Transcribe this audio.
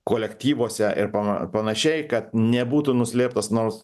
kolektyvuose ir panašiai kad nebūtų nuslėptas nors